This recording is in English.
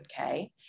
Okay